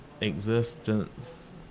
existence